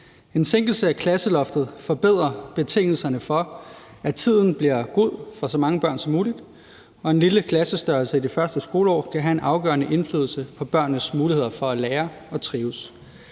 En sænkelse af klasseloftet forbedrer betingelserne for, at tiden bliver god for så mange børn som muligt, og en lille klassestørrelse i de første skoleår kan have en afgørende indflydelse på børnenes muligheder for at lære og trives.